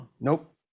nope